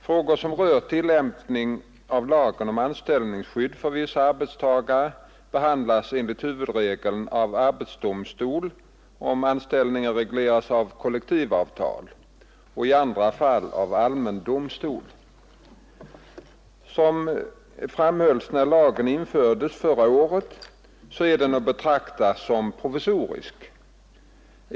Frågor som rör tillämpningen av lagen om anställningsskydd för vissa arbetstagare behandlas enligt huvudregeln av arbetsdomstolen, om anställningen regleras av kollektivavtal, och i annat fall av allmän domstol. Som framhölls när lagen infördes förra året är den att betrakta som provisorisk.